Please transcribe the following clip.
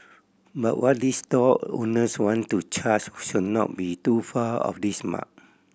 but what these stall owners want to charge should not be too far of this mark